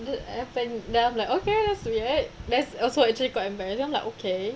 that happened then I'm like okay that's weird that's also actually quite embarrassed and I'm like okay